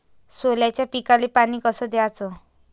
सोल्याच्या पिकाले पानी कस द्याचं?